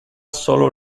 solo